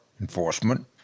enforcement